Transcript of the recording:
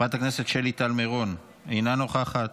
חברת הכנסת שלי טל מירון, אינה נוכחת,